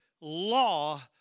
law